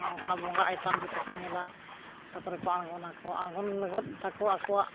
ᱚᱱᱟ ᱵᱚᱸᱜᱟ ᱟᱭᱛᱟᱱ ᱡᱚᱛᱚ ᱠᱚ ᱧᱮᱞᱟ ᱛᱟᱯᱚᱨᱮ ᱠᱚ ᱟᱬᱜᱚᱱᱟᱠᱚ ᱟᱬᱜᱚᱱ ᱞᱟᱜᱹᱤᱫ ᱛᱟᱠᱚ ᱟᱠᱚᱣᱟᱜ